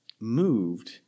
moved